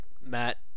Matt